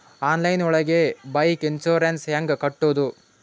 Online ಒಳಗೆ bike insurance ಹ್ಯಾಂಗ್ ಕಟ್ಟುದು?